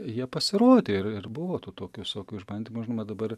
jie pasirodė ir ir buvo tų tokių visokių išbandymų žinoma dabar